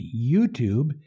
YouTube